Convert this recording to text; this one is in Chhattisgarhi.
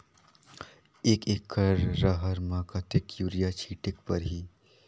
एक एकड रहर म कतेक युरिया छीटेक परही?